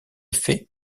fait